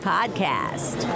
Podcast